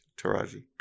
Taraji